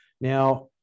Now